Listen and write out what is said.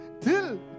till